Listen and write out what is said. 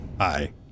Hi